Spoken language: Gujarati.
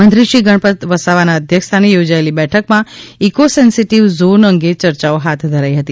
મંત્રીશ્રી ગણપત વસાવાના અધ્યક્ષ સ્થાને યોજાયેલી બેઠકમાં ઇકો સેન્સીટીવ ઝોન અંગે ચર્ચાઓ હાથ ધરાઈ હતી